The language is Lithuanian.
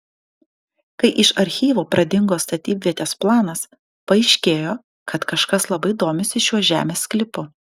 kai iš archyvo pradingo statybvietės planas paaiškėjo kad kažkas labai domisi šiuo žemės sklypu